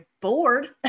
bored